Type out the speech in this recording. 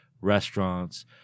restaurants